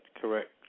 correct